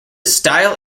style